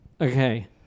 Okay